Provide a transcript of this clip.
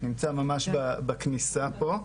שנמצא ממש בכניסה לפה.